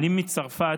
עולים מצרפת,